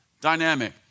dynamic